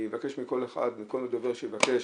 אני אבקש מכל דובר שיבקש